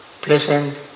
pleasant